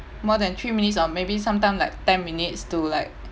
more than three minutes or maybe sometime like ten minutes to like